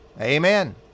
Amen